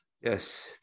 yes